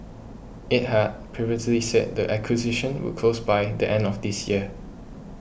it had previously said the acquisition would close by the end of this year